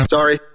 Sorry